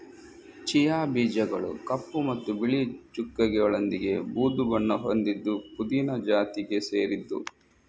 chia ಬೀಜಗಳು ಕಪ್ಪು ಮತ್ತು ಬಿಳಿ ಚುಕ್ಕೆಗಳೊಂದಿಗೆ ಬೂದು ಬಣ್ಣ ಹೊಂದಿದ್ದು ಪುದೀನ ಜಾತಿಗೆ ಸೇರಿದ್ದು